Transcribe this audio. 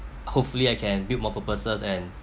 hopefully I can build more purposes and